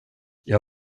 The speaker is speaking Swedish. jag